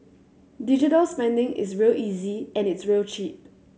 digital spending is real easy and it's real cheap